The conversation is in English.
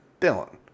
Dylan